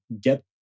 get